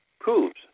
proves